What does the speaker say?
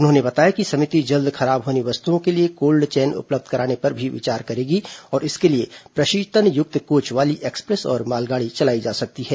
उन्होंने बताया कि समिति जल्द खराब होने वाली वस्तुओं के लिए कोल्ड चैन उपलब्ध कराने पर भी विचार करेगी और इसके लिए प्रशीतन युक्त कोच वाली एक्सप्रेस और मालगाड़ी चलाई जा सकती है